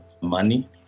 money